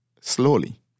slowly